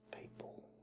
people